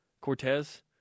Cortez